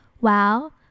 Wow